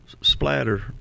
splatter